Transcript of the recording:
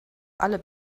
alle